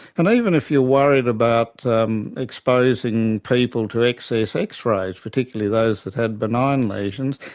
and even if you are worried about um exposing people to access x-rays, particularly those that had benign lesions,